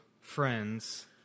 friends